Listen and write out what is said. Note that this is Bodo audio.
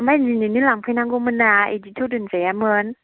ओमफ्राय दिनैनो लांफैनांगौमोनना बिदिथ' दोनजायामोन